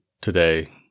today